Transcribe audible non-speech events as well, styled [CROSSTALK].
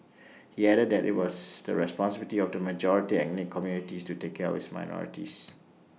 [NOISE] he added that IT was the responsibility of the majority ethnic communities to take care of this minorities